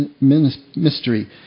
mystery